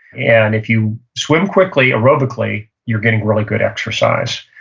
and if you swim quickly, aerobically, you're getting really good exercise.